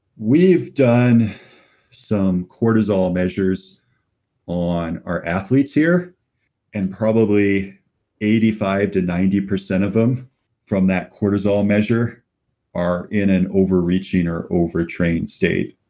we've done some cortisol measures on our athletes here and probably eighty five percent to ninety percent of them from that cortisol measure are in an overreaching or over-trained state.